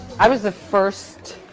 i was the first